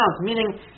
meaning